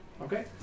Okay